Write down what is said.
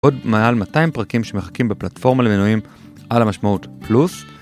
עוד מעל 200 פרקים שמחכים בפלטפורמה למינויים על המשמעות פלוס.